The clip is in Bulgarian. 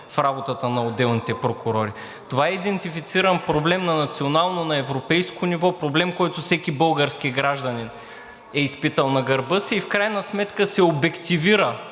в работата на отделните прокурори. Това е идентифициран проблем на национално и на европейско ниво, проблем, който всеки български гражданин е изпитал на гърба си и в крайна сметка се обективира